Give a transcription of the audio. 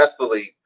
athlete